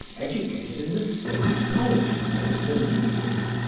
educated in the state colleges or in the lycees,